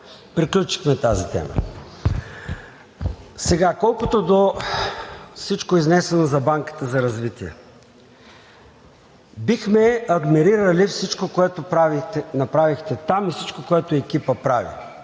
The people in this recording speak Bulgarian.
Приключихме тази тема. Колкото до всичко изнесено за Банката за развитие, бихме адмирирали всичко, което направихте там, и всичко, което екипа прави